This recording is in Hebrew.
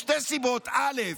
משתי סיבות: א.